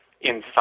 inside